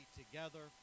together